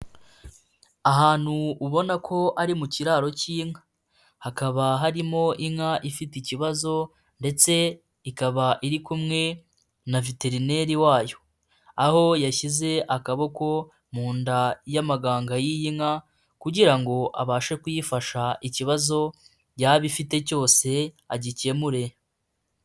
Ahantu ubona ko ari mu kiraro k'inka hakaba harimo inka ifite ikibazo, ndetse ikaba iri kumwe na veterineri wayo, aho yashyize akaboko mu nda y'amaganga y'iyi nka kugira ngo abashe kuyifasha ikibazo yaba ifite cyose agikemure.